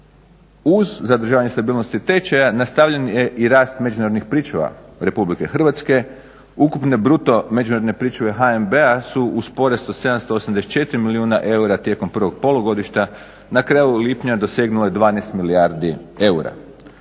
uz zadržavanje stabilnosti tečaja nastavljen je i rast međunarodnih pričuva RH ukupne bruto međunarodne pričuve HNB-a su u porastu 784 milijuna eura tijekom prvog polugodišta, na kraju lipnja dosegnula je 12 milijardi eura.